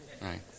Right